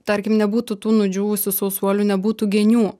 tarkim nebūtų tų nudžiūvusių sausuolių nebūtų genių